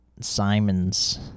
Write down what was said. Simons